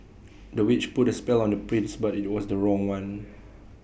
the witch put A spell on the prince but IT was the wrong one